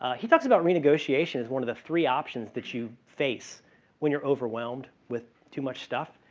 he talks about renegotiating as one of the three options that you face when you're overwhelmed with too much stuff.